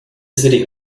city